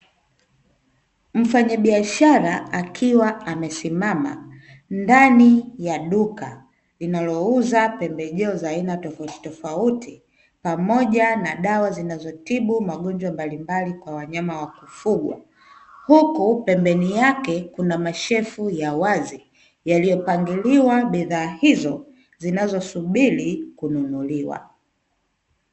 Mfanyabiashara akiwa amesimama ndani ya duka linalouza pembejeo za aina tofauti tofauti pamoja na dawa zinazotibu magonjwa mbalimbali kwa wanyama wa kufugwa, huku pembeni yake kuna mashelfu ya wazi yaliyopangiliwa bidhaa hizo zinazosubiri kununuliwa.